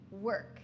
work